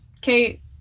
Kate